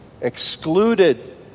excluded